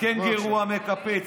הקנגורו המקפץ,